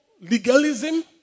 legalism